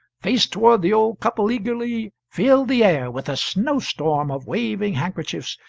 faced toward the old couple eagerly, filled the air with a snow-storm of waving handkerchiefs,